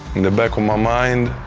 in the back of my mind,